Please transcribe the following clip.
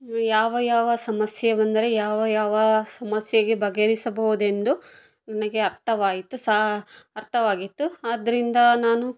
ಯಾವ ಯಾವ ಸಮಸ್ಯೆ ಬಂದರೆ ಯಾವ ಯಾವ ಸಮಸ್ಯೆಗೆ ಬಗೆಹರಿಸಬಹುದು ಎಂದು ನನಗೆ ಅರ್ಥವಾಯಿತು ಸಹ ಅರ್ಥವಾಗಿತ್ತು ಆದ್ದರಿಂದ ನಾನು